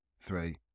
three